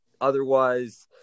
Otherwise